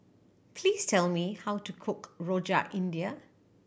please tell me how to cook Rojak India